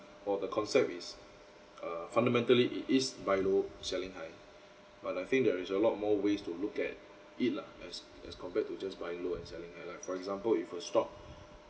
for the concept is uh fundamentally it is buy low selling high but I think there is a lot more ways to look at it lah as as compared to just buy low and selling high like for example if a stock